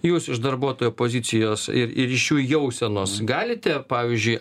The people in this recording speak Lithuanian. jūs iš darbuotojo pozicijos ir ir iš jų jausenos galite pavyzdžiui